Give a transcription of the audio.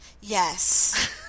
Yes